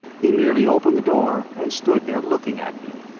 he merely opened the door and stood there looking at me.